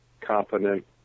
competent